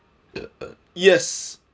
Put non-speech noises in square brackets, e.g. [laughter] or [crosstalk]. [noise] yes